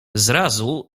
zrazu